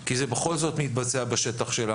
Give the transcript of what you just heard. כי זה בכל זאת מתבצע בשטחה.